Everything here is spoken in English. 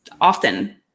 often